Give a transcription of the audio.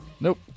Nope